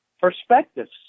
perspectives